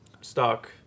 stuck